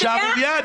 זה שערורייה.